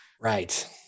Right